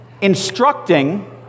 instructing